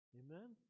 amen